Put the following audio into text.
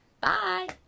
bye